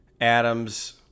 Adams